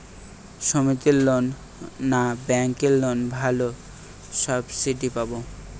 সমিতির লোন না ব্যাঙ্কের লোনে ভালো সাবসিডি পাব?